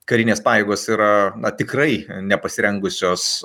karinės pajėgos yra tikrai nepasirengusios